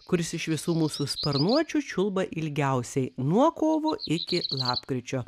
kuris iš visų mūsų sparnuočių čiulba ilgiausiai nuo kovo iki lapkričio